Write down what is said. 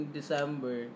December